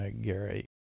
Gary